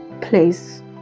please